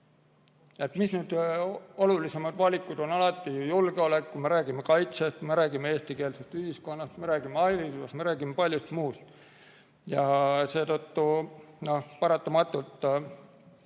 Mis need olulisemad valikud on? Alati julgeolek, me räägime kaitsest, me räägime eestikeelsest ühiskonnast, me räägime haridusest, me räägime paljust muust. Ja seetõttu paratamatult